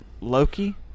Loki